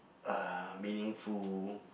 uh meaningful